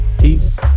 Peace